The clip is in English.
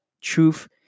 truth